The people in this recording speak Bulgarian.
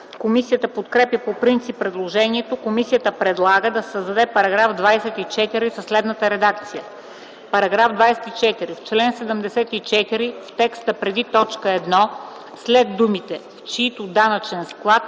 Комисията подкрепя по принцип предложението. Комисията предлага да се създаде § 24 със следната редакция: „§ 24. В чл. 74 в текста преди т. 1, след думите „в чийто данъчен склад”